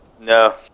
No